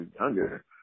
younger